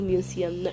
Museum